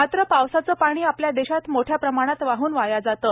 मात्र पावसाचं पाणी आपल्या देशात मोठ्या प्रमाणात वाहून वाया जाते